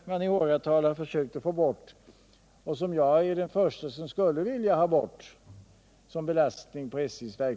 på SJ:s verksamhet som man i åratal har försökt få bort, och jag är den förste som skulle vilja ha bort den.